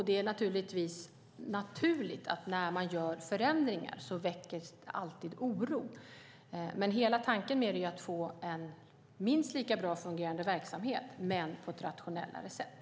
Det väcker alltid oro när man gör förändringar. Hela tanken är att få en minst lika bra fungerande verksamhet på ett mer rationellt sätt.